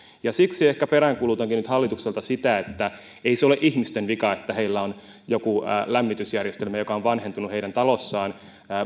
siksi ehkä peräänkuulutankin nyt hallitukselta sitä että ei se ole ihmisten vika että heillä on talossaan joku lämmitysjärjestelmä joka on vanhentunut